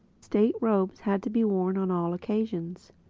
state robes had to be worn on all occasions.